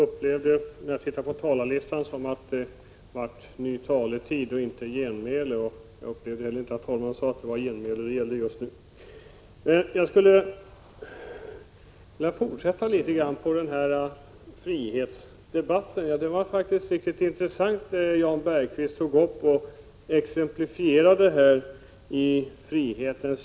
Herr talman! Jag skulle vilja fortsätta litet med frihetsdebatten. Det var faktisktriktigt intressant när Jan Bergqvist exemplifierade friheten.